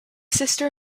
sister